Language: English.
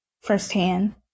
firsthand